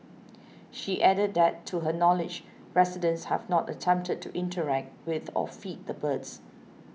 she added that to her knowledge residents have not attempted to interact with or feed the birds